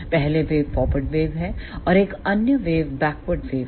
पहले wave forward wave है और एक अन्य वेव बैकवर्ड वेव है